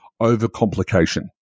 overcomplication